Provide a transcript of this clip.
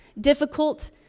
difficult